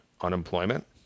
unemployment